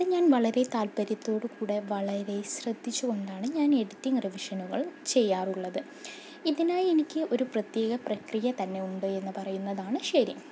അത് ഞാൻ വളരെ താല്പര്യത്തോട് കൂടെ വളരെ ശ്രദ്ധിച്ചു കൊണ്ടാണ് ഞാൻ എഡിറ്റിങ്ങ് റിവിഷനുകൾ ചെയ്യാറുള്ളത് ഇതിനായി എനിക്ക് ഒരു പ്രത്യേക പ്രക്രിയ തന്നെ ഉണ്ട് എന്ന് പറയുന്നതാണ് ശരി